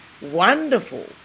Wonderful